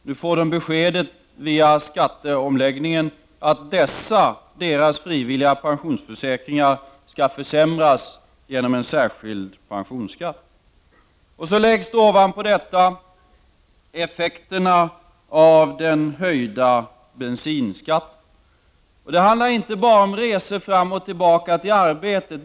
Nu får de besked via skatteomläggningen att dessa frivilliga pensionsförsäkringar skall försämras genom en särskild pensionsskatt. Ovanpå detta läggs effekterna av den höjda bensinskatten. För dessa människor handlar det inte bara om resor fram och tillbaka till arbetet.